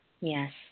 Yes